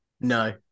No